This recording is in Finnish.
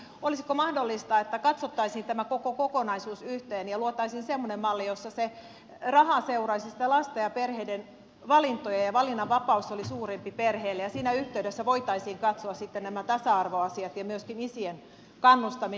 olisiko mahdollista että katsottaisiin tämä koko kokonaisuus yhteen ja luotaisiin semmoinen malli jossa se raha seuraisi sitä lasta ja perheiden valintoja ja valinnanva paus olisi suurempi perheille ja siinä yhteydessä voitaisiin katsoa sitten nämä tasa arvoasiat ja myöskin isien kannustaminen